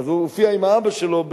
אז הוא הופיע עם האבא שלו,